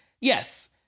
yes